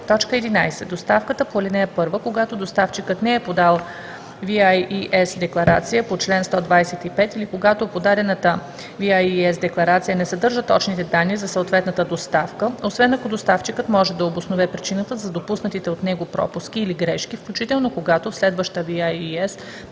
11: „11. доставката по ал. 1, когато доставчикът не е подал VIES–декларация по чл. 125 или когато подадената VIES-декларация не съдържа точните данни за съответната доставка, освен ако доставчикът може да обоснове причината за допуснатите от него пропуски или грешки, включително, когато в следваща VIES-декларация